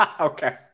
Okay